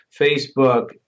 Facebook